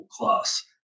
class